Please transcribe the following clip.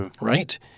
right